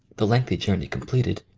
the lengthy journey completed,